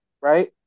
right